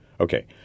Okay